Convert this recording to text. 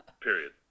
period